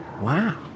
wow